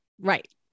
right